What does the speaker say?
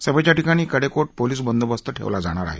सभेच्या ठिकाणी कडेकोट पोलीस बंदोबस्त ठेवला जाणार आहे